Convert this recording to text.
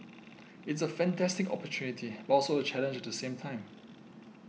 it's a fantastic opportunity but also a challenge at the same time